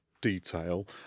detail